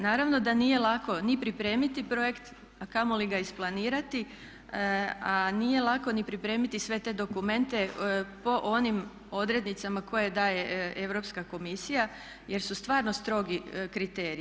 Naravno da nije lako ni pripremiti projekt a kamoli ga isplanirati a nije lako ni pripremiti sve te dokumente po onim odrednicama koje daje Europska komisija jer su stvarno strogi kriteriji.